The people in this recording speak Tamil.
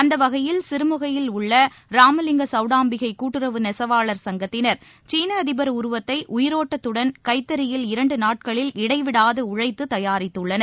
அந்தவகையில் சிறுமுகையில் உள்ள ராமலிங்க சவுடாம்பிகை கூட்டுறவு நெசவாளர் சங்கத்தினர் சீன அதிபர் உருவத்தை உயிரோட்டத்துடன் கைத்தறியில் இரண்டு நாட்களில் இடைவிடாது உழைத்து தயாரித்துள்ளனர்